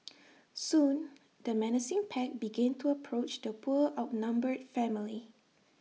soon the menacing pack began to approach the poor outnumbered family